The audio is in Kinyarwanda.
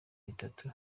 bitatu